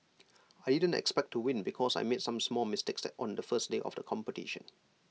I didn't expect to win because I made some small mistakes on the first day of the competition